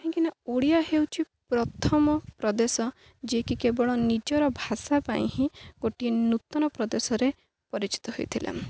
କାହିଁକିନା ଓଡ଼ିଆ ହେଉଛିି ପ୍ରଥମ ପ୍ରଦେଶ ଯିଏକି କେବଳ ନିଜର ଭାଷା ପାଇଁ ହିଁ ଗୋଟିଏ ନୂତନ ପ୍ରଦେଶରେ ପରିଚିତ ହୋଇଥିଲା